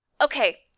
Okay